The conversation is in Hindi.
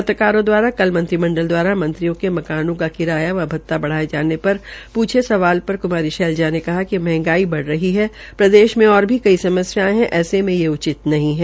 पत्रकारों द्वारा कल मंत्रिमंडल दवारा मंत्रियों के मकानों का किराया व भत्ता बधायें जाने पर प्रछे गये सवाल पर कुमारी शैलजा ने कहा कि मंहगाई बढ़ रही है प्रदेश में और भी समस्यायें है ऐसे में ये उचित नहीं है